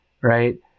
right